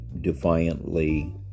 defiantly